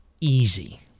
easy